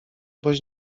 boś